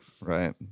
Right